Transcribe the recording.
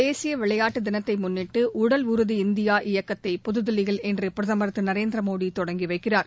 தேசிய விளையாட்டு தினத்தை முன்னிட்டு இயக்கத்தை புதுதில்லியில் இன்று பிரதமர் திரு நரேந்திர மோடி தொடங்கி வைக்கிறார்